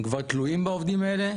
הם כבר תלויים בעובדים האלה,